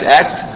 act